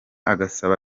agasaba